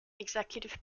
executive